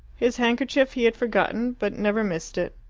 his handkerchief he had forgotten, but never missed it.